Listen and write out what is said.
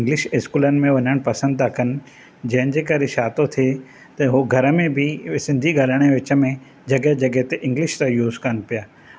उहे इंग्लिश स्कूलनि में वञनि पसंदि था कनि जैंजे करे छा तो थे त उहे घर में बि सिंधी ॻाल्हाइण जे विच में जॻहि जॻहि ते इंगलिश था यूस कनि पिया